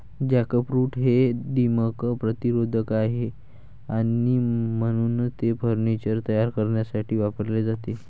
jackfruit हे दीमक प्रतिरोधक आहे आणि म्हणूनच ते फर्निचर तयार करण्यासाठी वापरले जाते